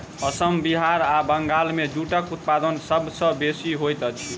असम बिहार आ बंगाल मे जूटक उत्पादन सभ सॅ बेसी होइत अछि